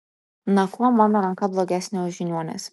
na kuo mano ranka blogesnė už žiniuonės